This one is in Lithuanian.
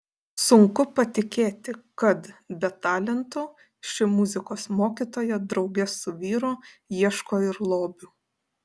sunku patikėti kad be talentų ši muzikos mokytoja drauge su vyru ieško ir lobių